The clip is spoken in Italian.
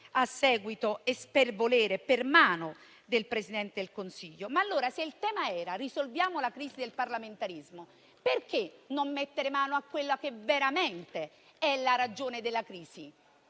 a seguito e per mano del Presidente del Consiglio. Allora, se il tema era risolvere la crisi del parlamentarismo, perché non mettere mano a quella che è la vera ragione della crisi?